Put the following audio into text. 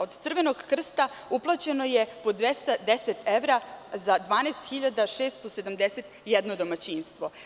Od Crvenog krsta uplaćeno je po 210 evra za 12.671 domaćinstvo.